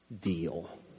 deal